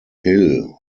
hill